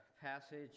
passage